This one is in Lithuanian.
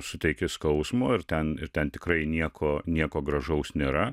suteiki skausmo ir ten ir ten tikrai nieko nieko gražaus nėra